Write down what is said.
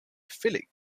philip